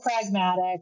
pragmatic